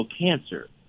cancer